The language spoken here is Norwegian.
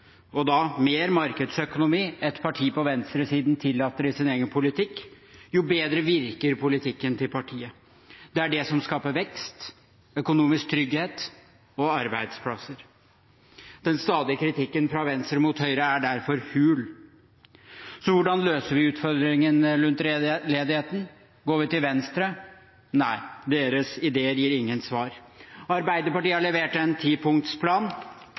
og mer markedsøkonomi et parti på venstresiden tillater i sin egen politikk, jo bedre virker politikken til partiet. Det er det som skaper vekst, økonomisk trygghet og arbeidsplasser. Den stadige kritikken fra venstre mot høyre er derfor hul. Så hvordan løser vi utfordringen rundt ledigheten? Går vi til venstre? Nei, deres ideer gir ingen svar. Arbeiderpartiet har levert en tipunktsplan.